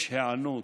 יש היענות